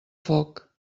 foc